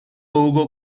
hugo